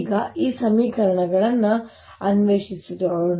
ಈಗ ಈ ಸಮೀಕರಣಗಳನ್ನು ಅನ್ವೇಷಿಸೋಣ